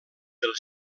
del